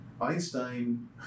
Einstein